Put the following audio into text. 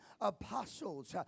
apostles